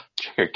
Check